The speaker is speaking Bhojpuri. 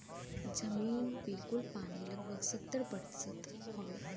जमीन पे कुल पानी लगभग सत्तर प्रतिशत हउवे